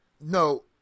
no